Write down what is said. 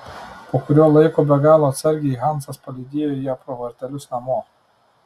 po kurio laiko be galo atsargiai hansas palydėjo ją pro vartelius namo